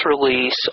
release